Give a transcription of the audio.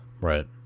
right